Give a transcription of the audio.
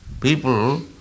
People